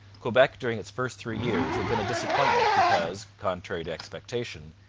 quebec during its first three years had been a disappointment because, contrary to expectation,